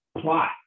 plot